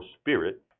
spirit